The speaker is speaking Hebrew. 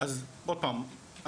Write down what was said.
אז עוד פעם,